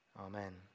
Amen